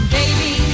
baby